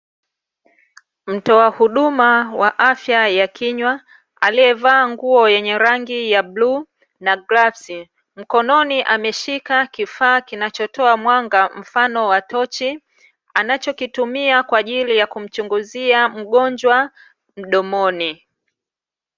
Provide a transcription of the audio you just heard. Mtoa huduma wa afya ya kinywa aliyevaa nguo yenye rangi ya bluu na glavu. Mkononi ameshika kifaa kinachotoa mwanga, mfano wa tochi, anachokitumia kwa ajili ya kumchunguzia mgonjwa mdomoni.